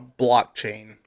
blockchain